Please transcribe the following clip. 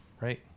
right